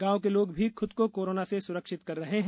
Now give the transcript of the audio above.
गांव के लोग भी खुद को कोरोना से सुरक्षित कर रहे हैं